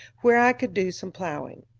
where i could do some plowing.